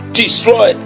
destroy